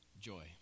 Joy